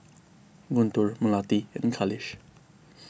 Guntur Melati and Khalish